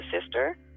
sister